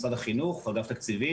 משרד החינוך או אגף תקציבים,